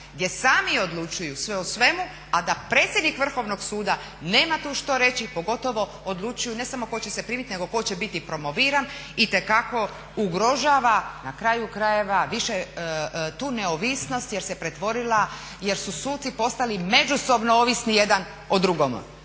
gdje sami odlučuju sve o svemu a da predsjednik Vrhovnog suda nema tu što reći, pogotovo odlučuju ne samo tko će se primiti nego tko će biti promoviran, itekako ugrožava na kraju krajeva više tu neovisnost jer se pretvorila, jer su suci postali međusobno ovisni jedan o drugome.